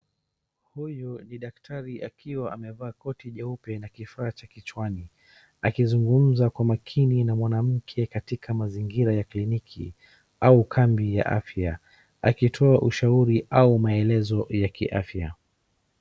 Huyu ni dakatari akiwa amevaa koti jeupe na kifaa cha kichwani. Akizungumza kwa makini na mwanamke katika mazingira ya kliniki au kambi ya afya. Akitoa ushauri au maelezo ya kiafya.